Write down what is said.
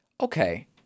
okay